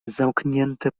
zamknięte